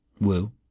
Woo